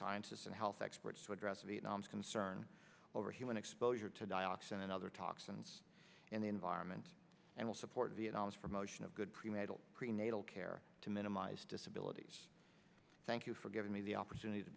scientists and health experts to address vietnam's concern over human exposure to dioxin and other toxins in the environment and will support the add ons for motion of good prenatal prenatal care to minimize disabilities thank you for giving me the opportunity to